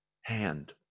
hand